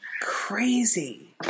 crazy